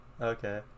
Okay